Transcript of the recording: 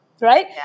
right